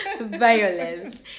Violence